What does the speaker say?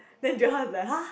then Joel was like !huh!